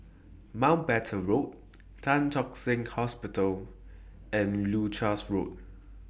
Mountbatten Road Tan Tock Seng Hospital and Leuchars Road